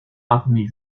armé